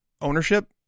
ownership